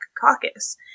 Caucus